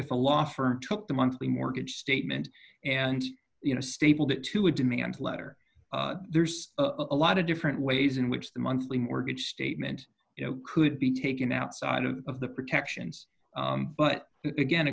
if a law firm took the monthly mortgage statement and you know stapled it to a demand letter there's a lot of different ways in which the monthly mortgage statement you know could be taken outside of the protections but again